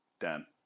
Dan